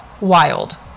wild